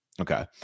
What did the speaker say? Okay